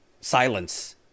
silence